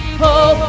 hope